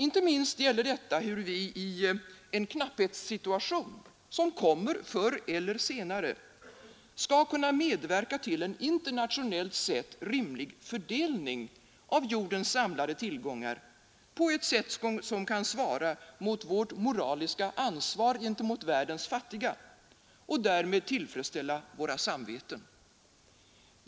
Inte minst gäller detta hur vi i en knapphetssituation, som kommer förr eller senare, skall kunna medverka till en internationellt sett rimlig fördelning av jordens samlade tillgångar, på ett sätt som kan svara mot vårt moraliska ansvar gentemot världens fattiga och därmed tillfredsställa våra samveten.